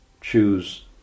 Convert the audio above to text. choose